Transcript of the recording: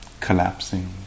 collapsing